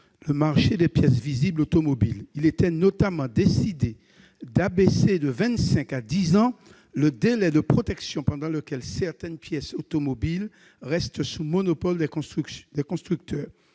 le marché des pièces visibles automobiles. Il a été décidé, en particulier, d'abaisser de vingt-cinq à dix ans le délai de protection pendant lequel certaines pièces automobiles restent sous monopole des constructeurs.